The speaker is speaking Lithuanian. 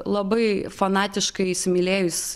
labai fanatiškai įsimylėjus